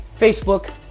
Facebook